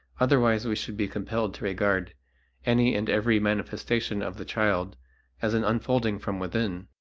otherwise we should be compelled to regard any and every manifestation of the child as an unfolding from within,